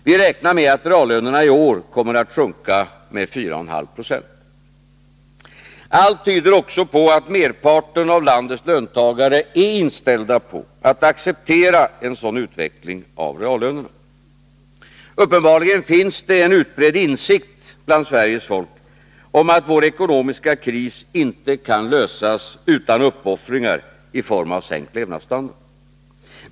Vi räknar med att reallönerna i år kommer att sjunka med 4,5 90. Allt tyder också på att merparten av landets löntagare är inställda på att acceptera en sådan utveckling av reallönerna. Uppenbarligen finns det en utbredd insikt bland Sveriges folk om att vår ekonomiska kris inte kan lösas utan uppoffringar i form av sänkt levnadsstandard.